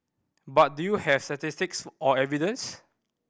but do you have statistics or evidence